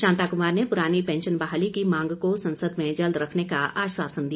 शांता कुमार ने पुरानी पैंशन बहाली की मांग को संसद में जल्द रखने का आश्वासन दिया